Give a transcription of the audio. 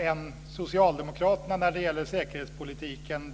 än Socialdemokraterna när det gäller säkerhetspolitiken.